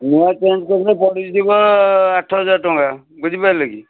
ନୂଆ ଚେଞ୍ଜ୍ କଲେ ପଡ଼ିଯିବ ଆଠ ହଜାର ଟଙ୍କା ବୁଝିପାରିଲେ କି